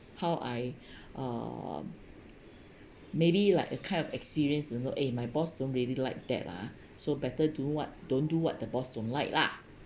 how I uh maybe like a kind of experience in work eh my boss don't really like that lah so better do what don't do what the boss don't like lah